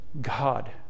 God